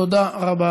תודה רבה.